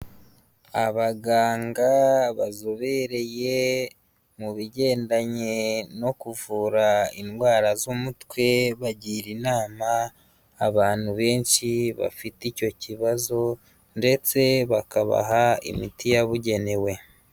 Abaganga bazobereye mu bigendanye no kuvura indwara z'umutwe, bagira inama abantu benshi bafite icyo kibazo ndetse bakabaha imiti yabugenewe.